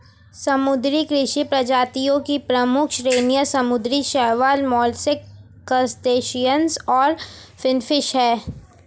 समुद्री कृषि प्रजातियों की प्रमुख श्रेणियां समुद्री शैवाल, मोलस्क, क्रस्टेशियंस और फिनफिश हैं